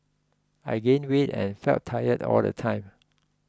I gained weight and felt tired all the time